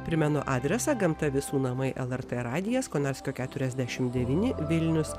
primenu adresą gamta visų namai lrt radijas konarskio keturiadešimt devyni vilnius